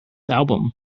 album